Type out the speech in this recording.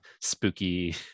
spooky